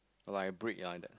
like brick like that